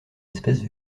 espèces